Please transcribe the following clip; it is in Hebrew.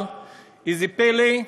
אבל איזה פלא,